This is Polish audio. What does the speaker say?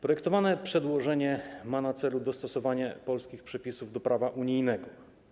Projektowane przedłożenie ma na celu dostosowanie polskich przepisów do prawa unijnego.